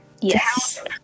yes